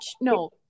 No